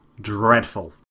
dreadful